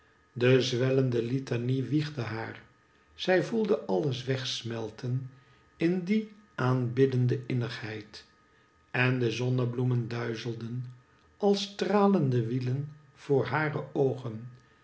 de zwellende litanie wiegde haar zij voelde alles wegsmelten in die aanbiddende innigheid en de zonnebloemen duizelden als stralende wielen voor hare oogen